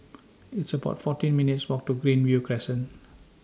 It's about fourteen minutes' Walk to Greenview Crescent